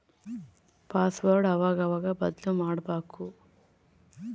password ಅವಾಗವಾಗ ಬದ್ಲುಮಾಡ್ಬಕು